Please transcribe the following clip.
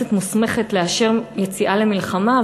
הכנסת מוסמכת לאשר יציאה למלחמה,